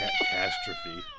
Catastrophe